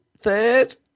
Third